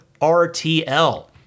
RTL